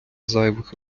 зайвих